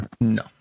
No